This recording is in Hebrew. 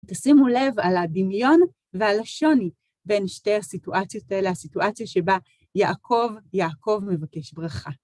תשימו לב על הדמיון ועל השוני בין שתי הסיטואציות האלה, הסיטואציה שבה יעקב יעקב מבקש ברכה.